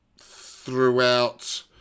throughout